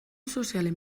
sozialen